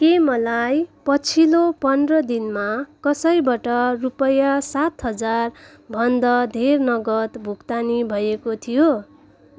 के मलाई पछिल्लो पन्ध्र दिनमा कसैबाट रुपियाँ सात हजारभन्दा धेर नगद भुक्तानी भएको थियो